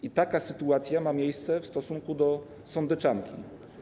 I taka sytuacja ma miejsce w stosunku do sądeczanki.